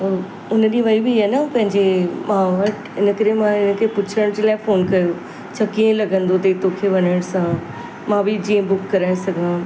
उन ॾीं वई हुई न पंहिंजे माउ वटि इन करे मां हिनखे पुछण जे लाइ फोन कयो छा कीअं लॻंदो अथई तौखे वञण सां मां बि जीअं बुक कराए सघां